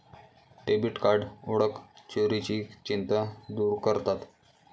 debit card ओळख चोरीची चिंता दूर करतात